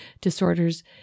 disorders